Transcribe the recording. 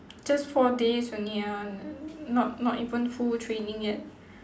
just four days only ah not not even full training yet